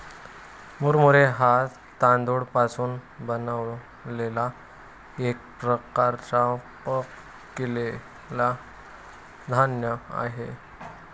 मुरमुरे हा तांदूळ पासून बनलेला एक प्रकारचा पफ केलेला धान्य आहे